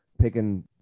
picking